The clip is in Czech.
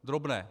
Drobné.